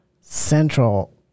central